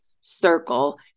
circle